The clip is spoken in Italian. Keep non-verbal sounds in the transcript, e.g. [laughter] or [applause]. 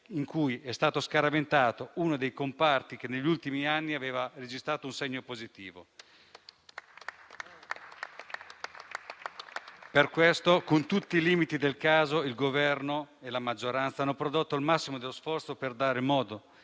in cui è stato scaraventato uno dei comparti che negli ultimi anni aveva registrato un segno positivo. [applause] Per questo, con tutti i limiti del caso, il Governo e la maggioranza hanno prodotto il massimo dello sforzo per dare modo